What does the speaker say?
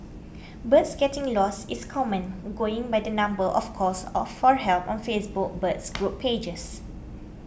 birds getting lost is common going by the number of calls or for help on Facebook birds group pages